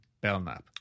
Belknap